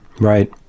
Right